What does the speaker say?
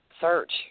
Search